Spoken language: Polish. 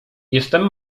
jestem